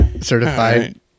certified